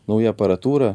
nauja aparatūra